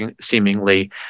seemingly